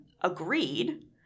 agreed